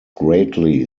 greatly